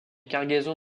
cargaison